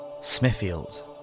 Smithfield